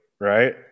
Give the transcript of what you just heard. Right